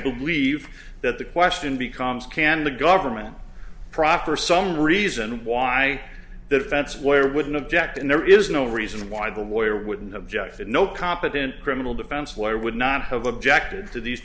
believe that the question becomes can the government proper some reason why the defense where wouldn't object and there is no reason why the lawyer wouldn't object that no competent criminal defense lawyer would not have objected to these